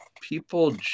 people